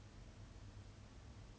but the admin really like